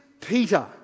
Peter